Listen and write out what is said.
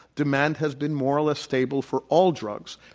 demand has been more or less stable for all drugs,